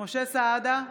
משה סעדה,